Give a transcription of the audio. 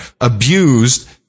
abused